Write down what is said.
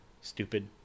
stupid